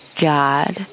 God